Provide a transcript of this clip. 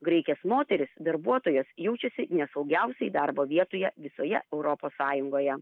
graikės moterys darbuotojos jaučiasi nesaugiausiai darbo vietoje visoje europos sąjungoje